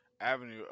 avenue